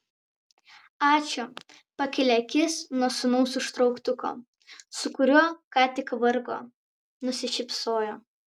ačiū pakėlė akis nuo sūnaus užtrauktuko su kuriuo ką tik vargo nusišypsojo